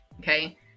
Okay